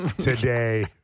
today